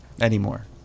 Anymore